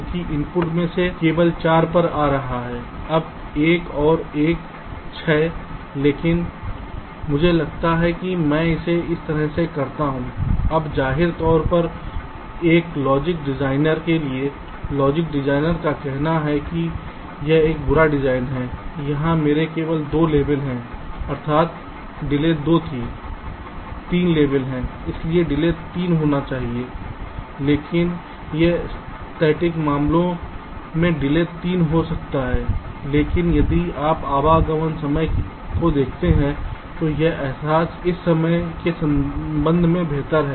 क्योंकि इनपुट में से एक केवल 4 पर आ रहा है तब 1 और 1 6 लेकिन मुझे लगता है कि मैं इसे इस तरह से करता हूं अब जाहिर तौर पर एक लॉजिक डिजाइनर के लिए लॉजिक डिजाइनर का कहना है कि यह एक बुरा डिजाइन है यहां मेरा 2 लेबल है अर्थात डिले 2 थी 3 लेबल है इसलिए डिले तीन होना चाहिए लेकिन इस स्थैतिक मामलों में डिले 3 हो सकता है लेकिन यदि आप आगमन के समय को देखते हैं तो यह अहसास इस समय के संबंध में बेहतर है